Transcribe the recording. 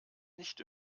nicht